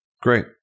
Great